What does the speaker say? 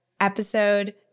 episode